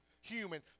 human